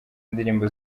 indirimbo